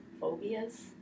phobias